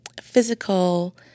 physical